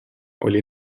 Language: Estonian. oli